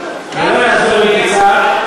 זה לא יעזור אם תצעק,